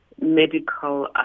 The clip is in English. medical